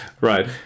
Right